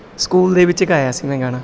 school ਦੇ ਵਿੱਚ ਇੱਕ ਗਾਇਆ ਸੀ ਮੈਂ ਗਾਣਾ